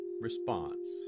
response